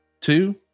two